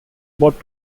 brought